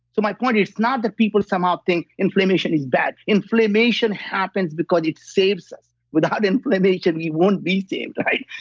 so my point is not that people somehow think inflammation is bad inflammation happens because it saves us. without inflammation, we won't be saved, right?